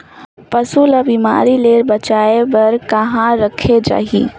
पशु ला बिमारी ले बचाय बार कहा रखे चाही?